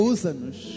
Usa-nos